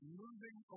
moving